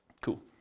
Cool